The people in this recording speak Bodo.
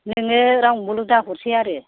नोङो रावनोबोल' दाहरसै आरो